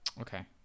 okay